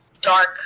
dark